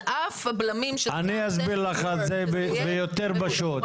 על אף הבלמים --- אני אסביר לך את זה יותר פשוט.